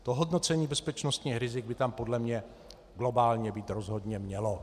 To hodnocení bezpečnostních rizik by tam podle mě globálně být rozhodně mělo.